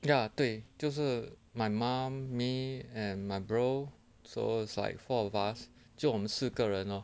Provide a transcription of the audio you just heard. ya 对就是 my mum me and my bro so it's like four of us 就我们四个人 lor